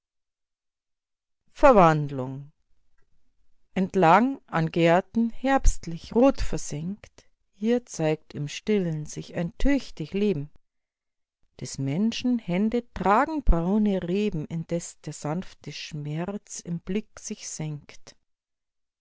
verwandlung entlang an gärten herbstlich rotversengt hier zeigt im stillen sich ein tüchtig leben des menschen hände tragen braune reben indes der sanfte schmerz im blick sich senkt